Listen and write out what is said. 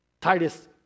Titus